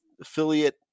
affiliate